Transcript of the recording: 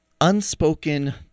unspoken